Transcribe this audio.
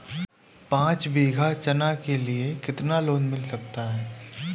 पाँच बीघा चना के लिए कितना लोन मिल सकता है?